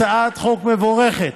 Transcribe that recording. הצעת חוק מבורכת.